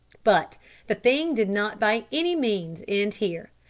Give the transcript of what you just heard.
but the thing did not by any means end here.